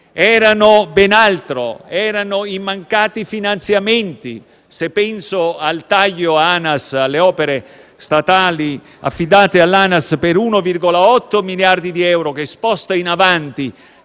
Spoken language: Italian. Era ben altro. Erano i mancati finanziamenti. Se penso al taglio Anas, alle opere statali affidate all'Anas per 1,8 miliardi di euro, che sposta in avanti